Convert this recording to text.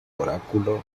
oráculo